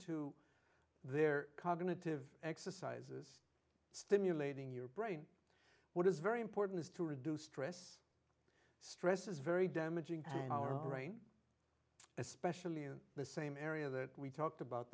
to their cognitive exercises stimulating your brain which is very important is to reduce stress stress is very damaging to our brain especially in the same area that we talked about